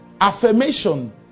Affirmation